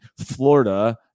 florida